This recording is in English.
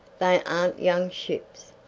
they arn't young ships.